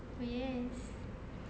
oh yes